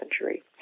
century